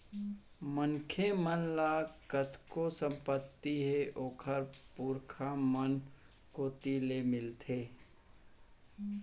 मनखे मन ल कतको संपत्ति ह ओखर पुरखा मन कोती ले मिलथे